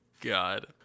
God